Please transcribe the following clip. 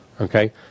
Okay